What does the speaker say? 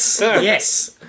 yes